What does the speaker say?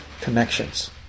connections